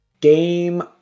Game